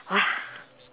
!wah!